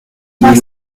trois